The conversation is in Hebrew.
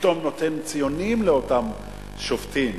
שפתאום נותן ציונים לאותם שובתים,